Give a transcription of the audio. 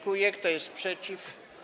Kto jest przeciw?